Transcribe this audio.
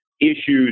issues